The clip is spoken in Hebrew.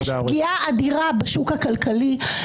יש פגיעה אדירה בשוק הכלכלי,